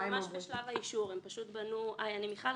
אני מיכל,